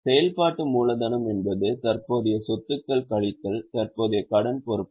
செயல்பாட்டு மூலதனம் என்பது தற்போதைய சொத்துக்கள் கழித்தல் தற்போதைய கடன் பொறுப்புகள்